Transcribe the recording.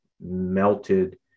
melted